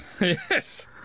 Yes